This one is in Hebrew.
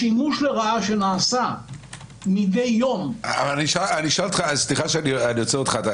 השימוש לרעה שנעשה מדי יום -- סליחה שאני עוצר אותך.